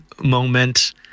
moment